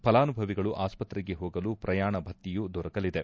ಫಲಾನುಭವಿಗಳು ಆಸ್ಪತ್ರೆಗೆ ಹೋಗಲು ಪ್ರಯಾಣ ಭತ್ಯೆಯೂ ದೊರಕಲಿದೆ